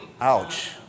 Ouch